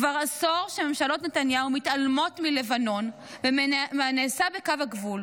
כבר עשור שממשלות נתניהו מתעלמות מלבנון ומהנעשה בקו הגבול,